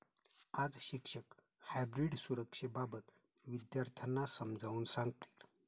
आज शिक्षक हायब्रीड सुरक्षेबाबत विद्यार्थ्यांना समजावून सांगतील